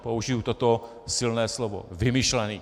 Použiji toto silné slovo vymyšlený!